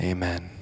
Amen